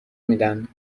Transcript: میدن